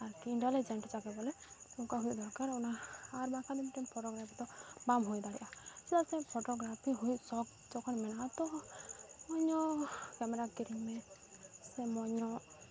ᱟᱨᱠᱤ ᱤᱱᱴᱮᱞᱤᱡᱮᱱᱴ ᱡᱟᱠᱮ ᱵᱚᱞᱮ ᱚᱝᱠᱟ ᱦᱩᱭᱩᱜ ᱫᱚᱨᱠᱟᱨ ᱚᱱᱟ ᱟᱨ ᱵᱟᱝᱠᱷᱟᱱ ᱫᱚ ᱢᱤᱫᱴᱮᱱ ᱯᱷᱚᱴᱳᱜᱨᱟᱯᱷᱤ ᱫᱚ ᱵᱟᱢ ᱦᱩᱭ ᱫᱟᱲᱮᱭᱟᱜᱼᱟ ᱪᱮᱫᱟᱜ ᱥᱮ ᱯᱷᱚᱴᱳᱜᱨᱟᱯᱷᱤ ᱦᱩᱭᱩᱜ ᱥᱚᱠ ᱡᱚᱠᱷᱚᱱ ᱢᱮᱱᱟᱜᱼᱟ ᱛᱚ ᱢᱚᱡᱽ ᱧᱚᱜ ᱠᱮᱢᱮᱨᱟ ᱠᱤᱨᱤᱧ ᱢᱮ ᱥᱮ ᱢᱚᱡᱽ ᱧᱚᱜ